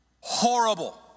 horrible